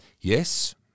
Yes